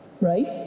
Right